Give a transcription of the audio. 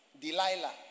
Delilah